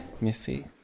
Missy